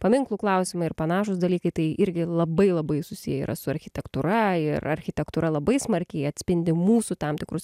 paminklų klausimai ir panašūs dalykai tai irgi labai labai susiję yra su architektūra ir architektūra labai smarkiai atspindi mūsų tam tikrus